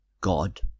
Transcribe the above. God